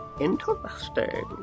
Interesting